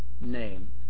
name